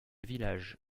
village